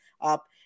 up